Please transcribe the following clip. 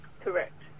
Correct